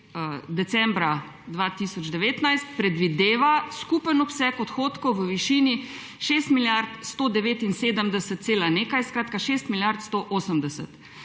decembra 2019, predvideva skupen obseg odhodkov v višini 6 milijard 179 celih nekaj, skratka 6 milijard 180.